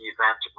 Event